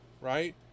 right